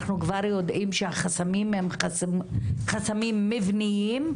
אנחנו כבר יודעים שהחסמים הם חסמים מבניים.